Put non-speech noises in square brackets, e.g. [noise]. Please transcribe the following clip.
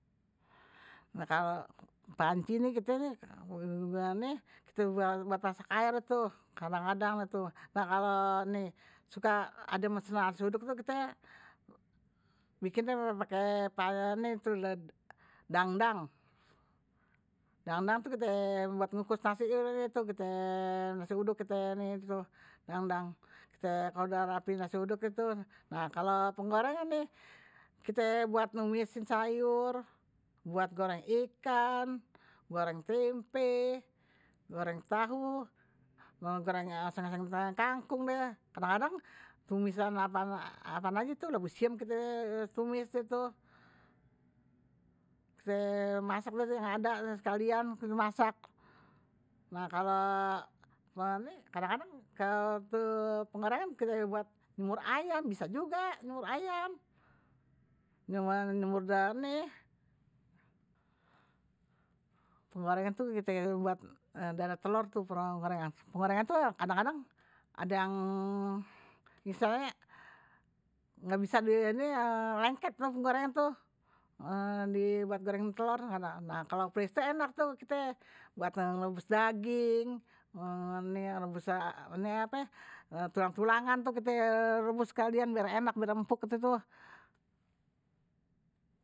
Kalau panci, [hesitation] kite buat masak aer tuh kadang-kadang. suka ada yang pesen nasi uduk, kita bikin pakai [hesitation] dang dang. Dang-dang itu kite ini in buat ngukus nasi uduk, kita kalo udah rapi nasi uduk. Kalau penggorengan, kita buat numisin sayur, buat goreng ikan, goreng tempe, goreng tahu, goreng oseng oseng kangkung. Kadang-kadang, tumisan apa lagi itu, labu siam kite tumis tu. Kite masak yang ada sekalian, kite masak. kadang kadang penggorengan, kite buat nyemur ayam, bisa juga nyemur ayam. Nyemur. [hesitation] Penggorengan itu kita buat dadar telor. Penggorengan tu kadang-kadang ada yang misalnya nggak bisa [hesitation] lengket penggorengan tu. Dibuat goreng telur. Kalau presto tuh enak, kite buat rebus daging, [hesitation] rebus tulang-tulangan itu kite rebus sekalian biar enak, biar empuk.